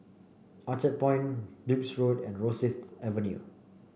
Orchard Point Duke's Road and Rosyth Avenue